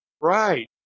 Right